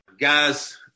Guys